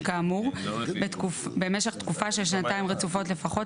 כאמור במשך תקופה של שנתיים רצופות לפחות,